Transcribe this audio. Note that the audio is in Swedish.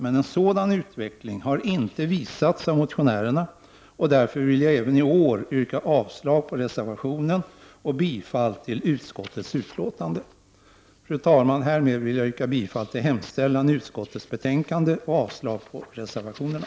Men en sådan utveckling har inte visats av motionärerna, och därför vill jag även i år yrka avslag på reservationen och bifall till hemställan i utskottets betänkande. Fru talman! Härmed vill jag yrka bifall till hemställan i utskottets betänkande och avslag på reservationerna.